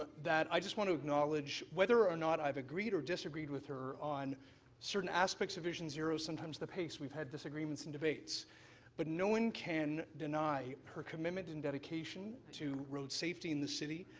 that i just want to acknowledge whether or not i've agreed or disagreed with her on certain aspects of vision zero, sometimes the pace we've had disagreements and debates but no one can deny her commitment and dedication to safety in the city,